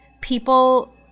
people